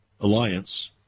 Alliance